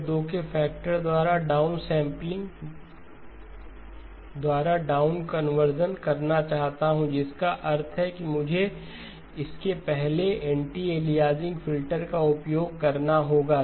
मैं 2 के फैक्टर द्वारा डाउन सैंपलिंग द्वारा डाउन कन्वर्शन करना चाहता हूं जिसका अर्थ है कि मुझे इसके पहले एंटी अलियासिंग फिल्टर का उपयोग करना होगा